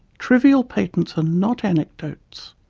trivial patents are not anecdotes.